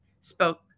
spoke